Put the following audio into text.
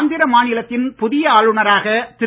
ஆந்திர மாநிலத்தின் புதிய ஆளுநராக திரு